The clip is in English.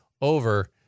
over